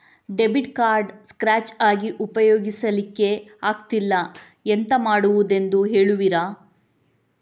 Debit card scratch ಆಗಿ ಉಪಯೋಗಿಸಲ್ಲಿಕ್ಕೆ ಆಗ್ತಿಲ್ಲ, ಎಂತ ಮಾಡುದೆಂದು ಹೇಳುವಿರಾ?